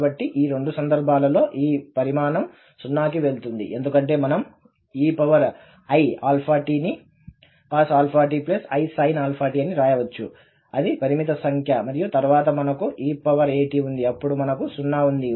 కాబట్టి ఈ రెండు సందర్భాలలో ఈ పరిమాణం 0 కి వెళుతుంది ఎందుకంటే మనం ఈeiαt ని cos⁡αtisin⁡αt అని వ్రాయవచ్చు అది పరిమిత సంఖ్య మరియు తరువాత మనకు eat ఉంది అప్పుడు మనకు 0 ఉంది